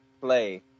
play